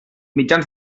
mitjans